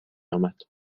آمد